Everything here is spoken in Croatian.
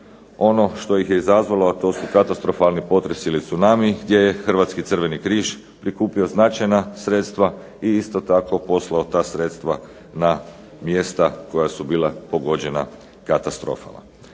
ono što ih je izazvalo, a to su katastrofalni potresi ili tsunami, gdje je Hrvatski crveni križ prikupio značajna sredstva i isto tako posao ta sredstva poslao na mjesta koja su bila pogođena katastrofama.